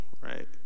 right